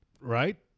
right